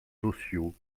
sociaux